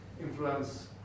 influence